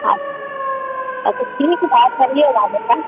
हाँ अच्छा ठीक है चलिएगा जरा